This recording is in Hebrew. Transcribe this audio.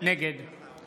נגד אפרת רייטן